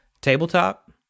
tabletop